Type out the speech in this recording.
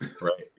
right